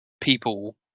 people